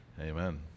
Amen